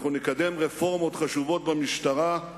אנחנו נקדם רפורמות חשובות במשטרה,